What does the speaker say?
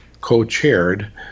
co-chaired